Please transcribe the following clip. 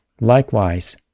likewise